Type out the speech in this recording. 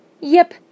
Yep